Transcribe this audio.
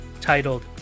titled